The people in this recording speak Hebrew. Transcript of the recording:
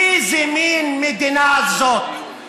איזה מין מדינה זאת.